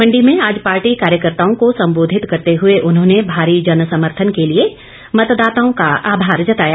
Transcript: मंडी में आज पार्टी कार्यकर्ताओं को संबोधित करते हुए उन्होंने भारी जनसमर्थन के लिए मतदाताओं का आभार जताया